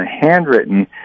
handwritten